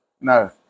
no